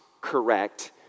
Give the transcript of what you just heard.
correct